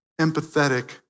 empathetic